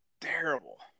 terrible